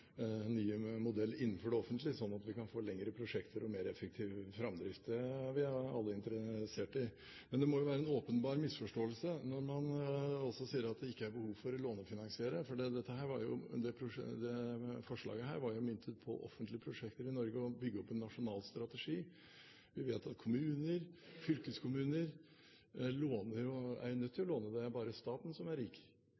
nye modeller innenfor det offentlige, sånn at vi kan få lengre prosjekter og mer effektiv framdrift. Det er vi alle interessert i. Men det må jo være en åpenbar misforståelse når man sier at det ikke er behov for å lånefinansiere. Dette forslaget var jo myntet på offentlige prosjekter i Norge og å bygge opp en nasjonal strategi. Vi vet at kommuner og fylkeskommuner er nødt til